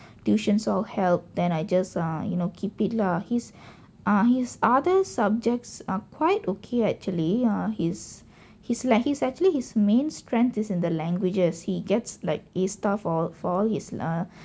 tuitions all help then I just err you know keep it lah his ah his other subjects are quite okay actually ah his his like his actually his main strength is in the languages he gets like a star for for all his err